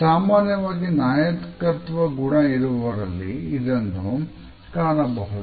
ಸಾಮಾನ್ಯವಾಗಿ ನಾಯಕತ್ವ ಗುಣ ಇರುವವರಲ್ಲಿ ಇದನ್ನು ಕಾಣಬಹುದು